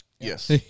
Yes